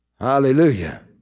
Hallelujah